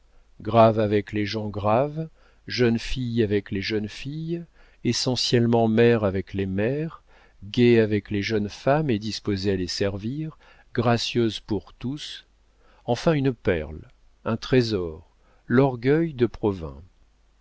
grave avec les gens graves jeune fille avec les jeunes filles essentiellement mère avec les mères gaie avec les jeunes femmes et disposée à les servir gracieuse pour tous enfin une perle un trésor l'orgueil de provins